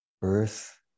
birth